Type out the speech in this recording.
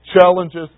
challenges